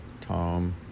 Tom